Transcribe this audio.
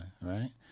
right